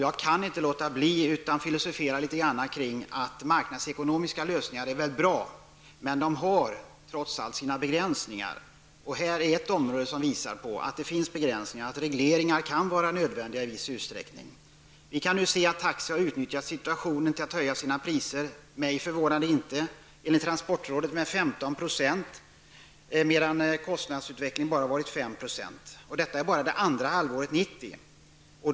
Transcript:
Jag kan inte låta bli att filosofera något kring att marknadsekonomiska lösningar är bra, men de har trots allt sina begränsningar. Detta är ett område som visar att det finns begränsningar och att regleringar i viss utsträckning kan vara nödvändiga. Vi kan nu se att taxi har utnyttjat situationen till att höja sina priser. Mig förvånar det inte. Enligt transportrådet har man höjt priserna med 15 % medan kostnadsutvecklingen bara har varit 5 %. Detta gäller enbart andra halvåret 1990.